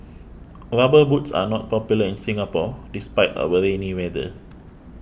rubber boots are not popular in Singapore despite our rainy weather